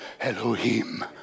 Elohim